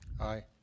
Aye